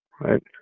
Right